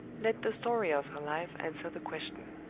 let the story of her life answer the question.